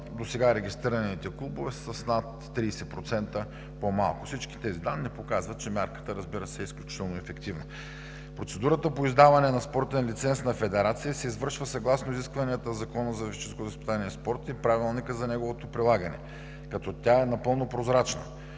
досега регистрираните клубове са с над 30% по-малко. Всички тези данни показват, че мярката, разбира се, е изключително ефективна. Процедурата по издаване на спортен лиценз на федерация се извършва съгласно изискванията на Закона за физическото възпитание и спорта и Правилника за неговото прилагане, като тя е напълно прозрачна.